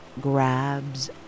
grabs